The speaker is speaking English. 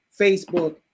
Facebook